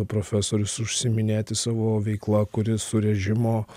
profesorius užsiiminėti savo veikla kuri su režimo